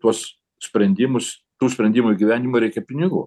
tuos sprendimus tų sprendimui įgyvendinimui reikia pinigų